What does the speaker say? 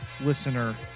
listener